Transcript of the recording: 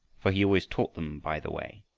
for he always taught them by the way,